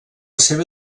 seva